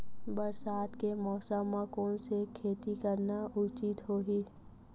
बरसात के मौसम म कोन से खेती करना उचित होही?